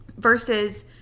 versus